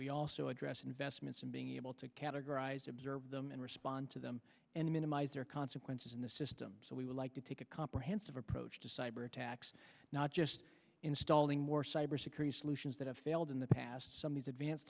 we also address investments and being able to categorize observe them and respond to them and minimize their consequences in the system so we would like to take a comprehensive approach to cyber attacks not just installing more cyber security solutions that have failed in the past